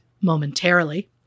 momentarily